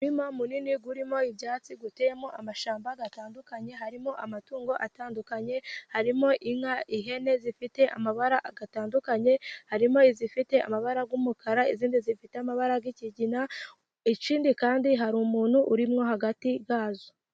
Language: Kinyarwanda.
Umurima munini urimo ibyatsi, uteyemo amashyamba atandukanye, harimo amatungo atandukanye, harimo inka, ihene zifite amabara atandukanye, harimo izifite amabara y'umukara, izindi zifite amabara y'ikigina, ikindi kandi hari umuntu urimo hagati yazo.